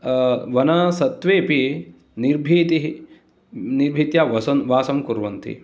वने सत्त्वेपि निर्भीतिः निर्भीत्या वसं वासं कुर्वन्ति